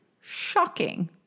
Shocking